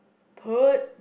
put